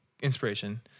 inspiration